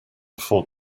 afford